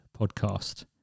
podcast